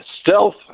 stealth